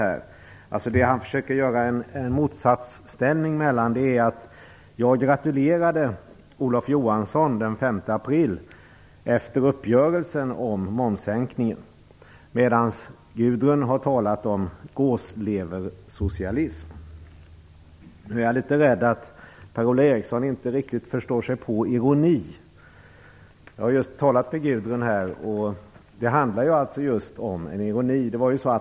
Per-Ola Eriksson försöker alltså skapa en motsatsställning - jag gratulerade Olof Johansson den 5 Gudrun Schyman har talat om gåsleversocialism. Jag är litet rädd att Per-Ola Eriksson inte riktigt förstår sig på ironi. Jag har just talat med Gudrun Schyman, för det handlar just om ironi.